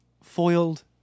Foiled